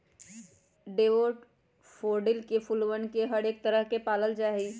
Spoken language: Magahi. डैफोडिल फूलवन के हरेक तरह के पावल जाहई